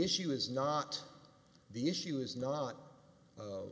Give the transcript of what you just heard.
issue is not the issue is not